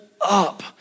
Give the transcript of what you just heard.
up